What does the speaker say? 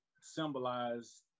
symbolize